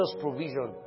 provision